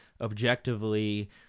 objectively